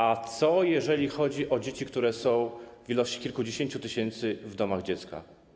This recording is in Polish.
A co, jeżeli chodzi o dzieci, które są w liczbie kilkudziesięciu tysięcy w domach dziecka?